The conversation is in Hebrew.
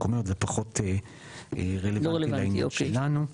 זה פחות רלוונטי לעניין שלנו.